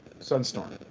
Sunstorm